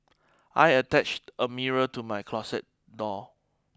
I attached a mirror to my closet door